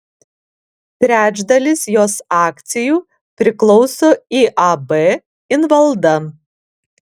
trečdalis jos akcijų priklauso iab invalda